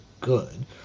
good